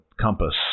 compass